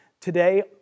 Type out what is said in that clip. today